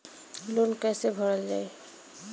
Loan कैसे भरल जाइ?